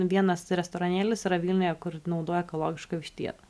vienas restoranėlis yra vilniuje kur naudoja ekologišką vištieną